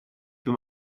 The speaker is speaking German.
beim